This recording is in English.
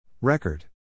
Record